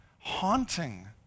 haunting